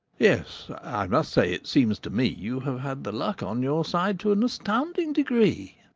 yes, i must say it seems to me you have had the luck on your side to an astounding degree.